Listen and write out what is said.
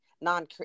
non